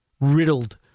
riddled